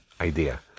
idea